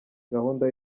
gahunda